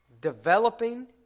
developing